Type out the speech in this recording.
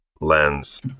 lens